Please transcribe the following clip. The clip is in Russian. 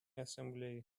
ассамблеи